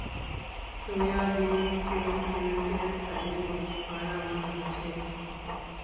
सोयाबीनेर तेल सेहतेर तने बहुत फायदामंद हछेक